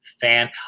fan